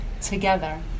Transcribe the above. together